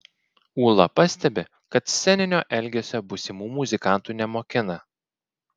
ūla pastebi kad sceninio elgesio būsimų muzikantų nemokina